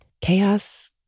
chaos